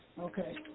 Okay